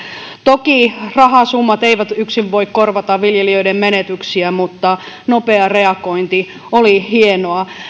toki rahasummat eivät yksin voi korvata viljelijöiden menetyksiä mutta nopea reagointi oli hienoa